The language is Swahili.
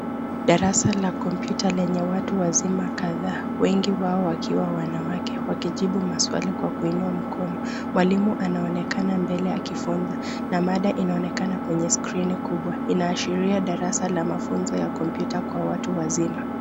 Darasa la kompyuta lenye watu wazima kadhaa wengi wao wakiwa wanawake wakijibu maswali kwa kuinua mikono. Mwalimu anaonekana mebele akifunza na mada inaonekana kwenye skrini kubwa. Inaashiria darasa la mafunzo ya kompyuta kwa watu wazima.